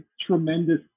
tremendous